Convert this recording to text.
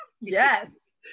yes